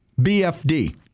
BFD